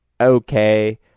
okay